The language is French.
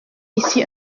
ici